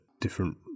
different